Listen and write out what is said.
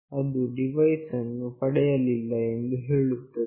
ಅದು ಡಿವೈಸ್ ಅನ್ನು ಪಡೆಯಲಿಲ್ಲ ಎಂದು ಹೇಳುತ್ತದೆ